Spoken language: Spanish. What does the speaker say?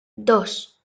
dos